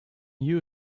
you